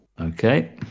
okay